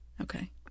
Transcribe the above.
Okay